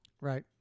Right